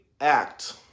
act